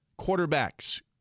quarterbacks